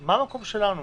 מה המקום שלנו?